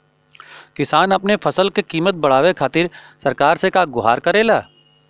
किसान अपने फसल क कीमत बढ़ावे खातिर सरकार से का गुहार करेला?